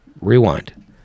Rewind